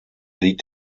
liegt